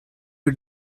you